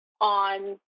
on